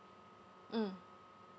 mm